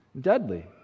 deadly